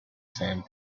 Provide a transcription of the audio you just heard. sand